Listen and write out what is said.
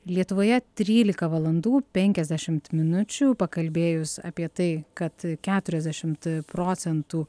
lietuvoje trylika valandų penkiasdešimt minučių pakalbėjus apie tai kad keturiasdešimt procentų